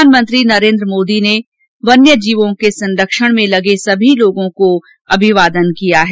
प्रधानमंत्री नरेंद्र मोदी ने वन्यजीयों के संरक्षण में लगे सभी लोगों को अभिवादन किया है